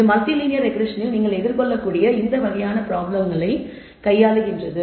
இது multi linear ரெக்ரெஸ்ஸனில் நீங்கள் எதிர்கொள்ளக்கூடிய இந்த வகையான ப்ராப்ளம்களைக் கையாளுகிறது